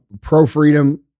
pro-freedom